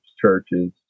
churches